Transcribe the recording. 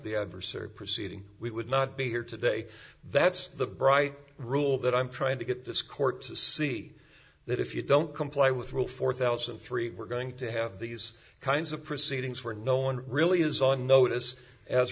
the adversary proceeding we would not be here today that's the bright rule that i'm trying to get this court to see that if you don't comply with rule four thousand and three we're going to have these kinds of proceedings were no one really is on notice as